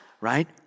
right